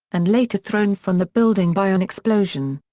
and later thrown from the building by an explosion.